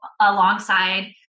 alongside